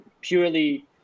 purely